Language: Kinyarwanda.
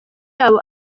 yabo